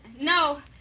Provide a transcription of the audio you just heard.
No